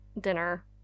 dinner